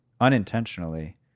unintentionally